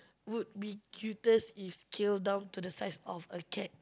would be cutest if scaled down to the size of a cat